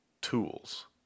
tools